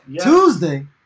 Tuesday